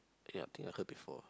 ya I think I heard before